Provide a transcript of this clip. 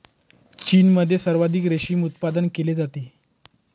चीनमध्ये सर्वाधिक रेशीम उत्पादन केले जाते